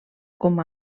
com